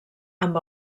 amb